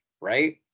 right